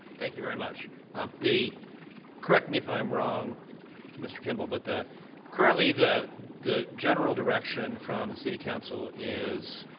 thank you very much um the correct me if i'm wrong mr. kimball but the currently the the general direction on the city council is